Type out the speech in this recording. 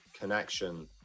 connection